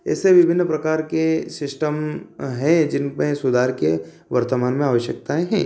ऐसे विभिन्न प्रकार के सिस्टम हैं जिनमें सुधार की वर्तमान में आवश्यकताएँ हैं